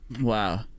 Wow